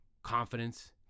Confidence